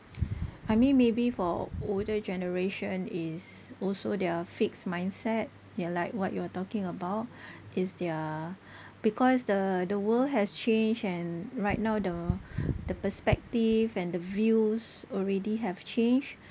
I mean maybe for older generation is also their fixed mindset ya like what you are talking about is their because the the world has changed and right now the the perspective and the views already have changed